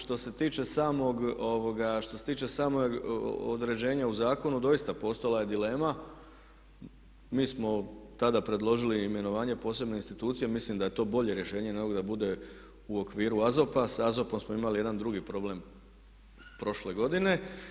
Što se tiče samog određena u zakonu doista postojala je dilema, mi smo tada predložili imenovanje posebne institucije, mislim da je to bolje rješenje nego da bude u okviru AZOP-a, s AZOP-om smo imali jedan drugi problem prošle godine.